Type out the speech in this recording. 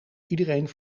iedereen